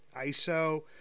ISO